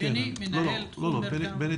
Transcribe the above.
אני לא בני.